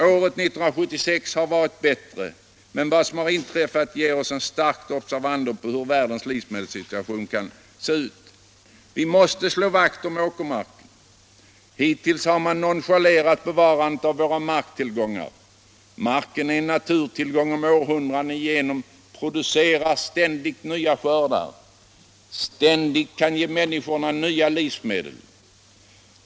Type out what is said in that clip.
Året 1976 har varit bättre, men vad som inträffat ger oss ett starkt observandum om hur världens livsmedelssituation kan se ut. Vi måste slå vakt om åkermarken. Hittills har man nonchalerat be varandet av våra marktillgångar. Marken är en naturtillgång som århundraden igenom producerar ständigt nya skördar och som ständigt kan ge människorna nya livsmedel.